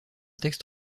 texte